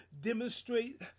demonstrate